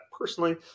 personally